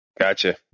gotcha